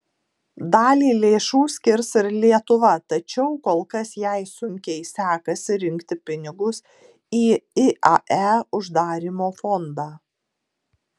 dalį lėšų skirs ir lietuva tačiau kol kas jai sunkiai sekasi rinkti pinigus į iae uždarymo fondą